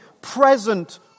present